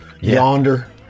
yonder